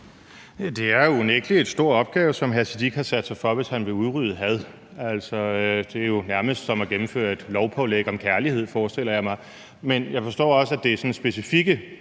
Det er unægtelig en stor opgave, som hr. Sikandar Siddique har taget på sig, hvis han vil udrydde had. Altså, det er jo nærmest som at gennemføre et lovpålæg om kærlighed, forestiller jeg mig. Men jeg forstår også, at det er sådan specifikke